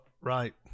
right